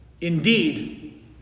Indeed